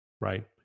right